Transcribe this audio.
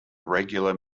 regular